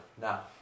Now